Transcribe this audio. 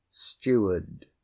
steward